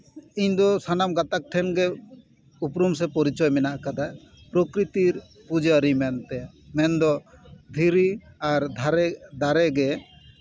ᱤᱧ ᱫᱚ ᱥᱟᱱᱟᱢ ᱜᱟᱛᱟᱠ ᱴᱷᱮᱱ ᱜᱮ ᱩᱯᱨᱩᱢ ᱥᱮ ᱯᱚᱨᱤᱪᱚᱭ ᱢᱮᱱᱟᱜ ᱠᱟᱫᱟ ᱯᱨᱚᱠᱨᱤᱛᱤᱨ ᱯᱩᱡᱟᱨᱤ ᱢᱮᱱᱛᱮ ᱢᱮᱱᱫᱚ ᱫᱷᱤᱨᱤ ᱟᱨ ᱫᱷᱟᱨᱮ ᱫᱟᱨᱮ ᱜᱮ